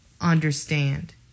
understand